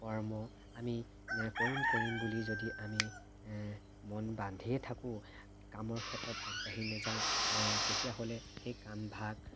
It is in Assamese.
কৰ্ম আমি কৰিম কৰিম বুলি যদি আমি মন বান্ধিয়ে থাকোঁ কামৰ ক্ষেত্ৰত আগবাঢ়ি নেযাওঁ তেতিয়াহ'লে সেই কামভাগ